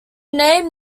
name